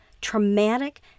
traumatic